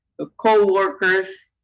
the co-workers.